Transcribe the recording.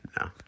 No